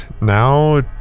now